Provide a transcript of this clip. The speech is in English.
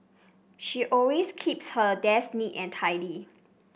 she always keeps her desk neat and tidy